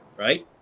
right.